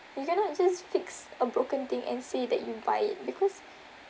you cannot just fix a broken thing and say that you buy it because